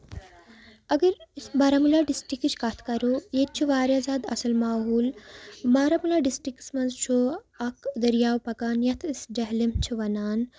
اَگر أسۍ بارہمولہ ڈِسٹرکٹٕچ کَتھ کَرو ییٚتہِ چھُ واریاہ زیادٕ اَصٕل ماحول بارہمولہ ڈِسٹرکس منٛز چھُ اکھ دریاو پَکان یَتھ أسۍ جہلم چھِ وَنان